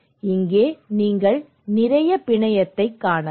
இங்கே நீங்கள் நிறைய பிணையத்தைக் காணலாம்